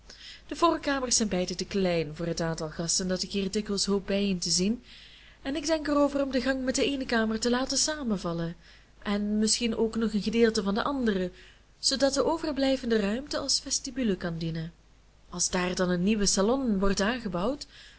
de voorkamers zijn beide te klein voor het aantal gasten dat ik hier dikwijls hoop bijeen te zien en ik denk erover om de gang met de eene kamer te laten samenvallen en misschien ook nog een gedeelte van de andere zoodat de overblijvende ruimte als vestibule kan dienen als daar dan een nieuwe salon wordt aangebouwd